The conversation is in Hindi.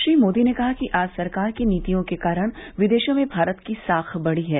श्री मोदी ने कहा कि आज सरकार की नीतियों के कारण विदेशों में भारत की साख बढ़ी है